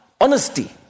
honesty